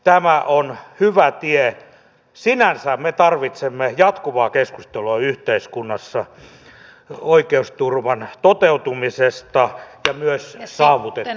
tämä on hyvä tie sinänsä me tarvitsemme jatkuvaa keskustelua yhteiskunnassa oikeusturvan toteutumisesta ja myös saavuttavuudesta